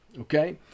okay